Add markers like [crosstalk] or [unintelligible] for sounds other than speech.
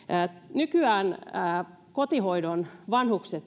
nykyään kotihoidon vanhukset [unintelligible]